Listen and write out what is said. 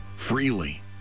Freely